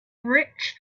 rich